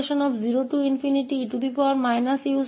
तो u के लिए 0 से ∞